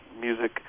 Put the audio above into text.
Music